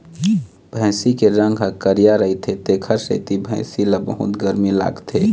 भइसी के रंग ह करिया रहिथे तेखरे सेती भइसी ल बहुत गरमी लागथे